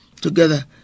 together